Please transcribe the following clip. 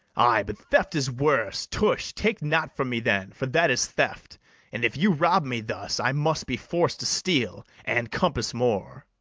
ay, but theft is worse tush! take not from me, then, for that is theft and, if you rob me thus, i must be forc'd to steal, and compass more.